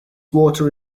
water